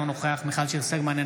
אינו נוכח מיכל שיר סגמן,